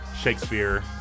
shakespeare